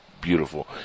beautiful